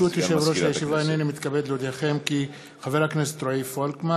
נוסיף לפרוטוקול את חבר הכנסת רוזנטל.